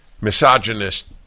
misogynist